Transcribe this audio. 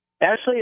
Ashley